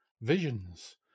visions